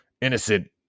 innocent